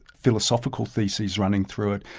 philosophical theses running through it,